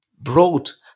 brought